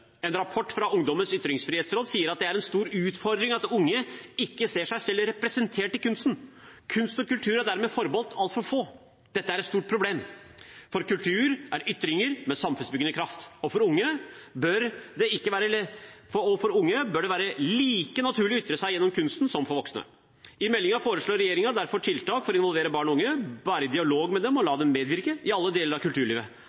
En rapport fra Ungdommens ytringsfrihetsråd sier det er en stor utfordring at unge ikke ser seg selv representert i kunsten. Kunst og kultur er dermed forbeholdt altfor få. Dette er et stort problem, for kultur er ytringer med samfunnsbyggende kraft, og for unge bør det være like naturlig å ytre seg gjennom kunsten som for voksne. I meldingen foreslår regjeringen derfor tiltak for å involvere barn og unge, være i dialog med dem og la dem medvirke i alle deler av kulturlivet.